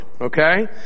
okay